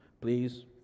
Please